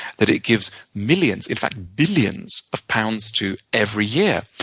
that it gives millions, in fact billions of pounds to every year.